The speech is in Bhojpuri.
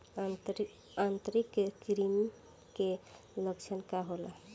आंतरिक कृमि के लक्षण का होला?